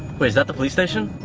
wait, is that the police station?